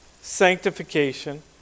sanctification